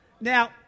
Now